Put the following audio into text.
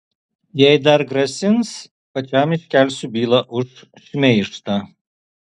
jei dar grasins pačiam iškelsiu bylą už šmeižtą